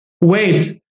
wait